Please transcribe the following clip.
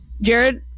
Jared